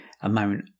amount